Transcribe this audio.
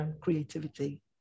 creativity